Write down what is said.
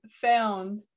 found